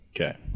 Okay